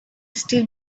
still